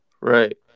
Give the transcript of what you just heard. Right